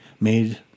made